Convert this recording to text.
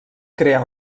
crear